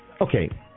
Okay